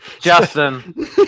Justin